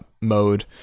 mode